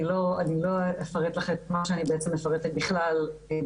אני לא אפרט לך את מה שאני מפרטת בכלל בוועדות,